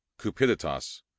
cupiditas